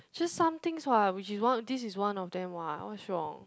just some things [what] which is one this is one of them [what] what's wrong